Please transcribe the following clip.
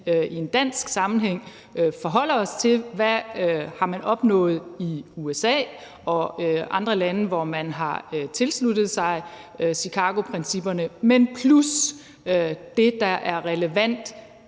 i en dansk sammenhæng forholdt os til: Hvad har man opnået i USA og i andre lande, hvor man har tilsluttet sig Chicagoprincipperne? Derudover er det, der er relevant